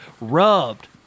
rubbed